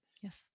yes